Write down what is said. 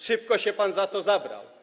Szybko się pan za to zabrał.